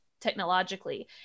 technologically